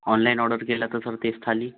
online order केलं तर sir तीच थाळी